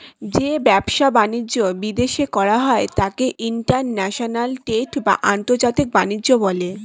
যে ব্যবসা বাণিজ্য বিদেশে করা হয় তাকে ইন্টারন্যাশনাল ট্রেড বা আন্তর্জাতিক বাণিজ্য বলে